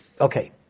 Okay